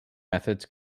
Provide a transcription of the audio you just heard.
methods